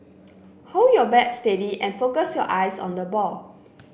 hold your bat steady and focus your eyes on the ball